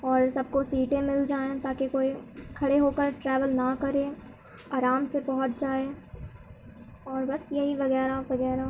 اور سب کو سیٹیں مل جائیں تا کہ کوئی کھڑے ہو کر ٹریول نہ کرے آرام سے پہنچ جائے اور بس یہی وغیرہ وغیرہ